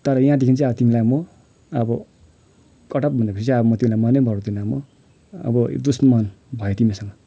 तर यहाँदेखि चाहिँ अब तिमीलाई म अब कटअप हुने रहेछ अब म तिमीलाई मनै पराउदिनँ म अब दुश्मन भयो तिमीसँग